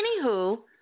anywho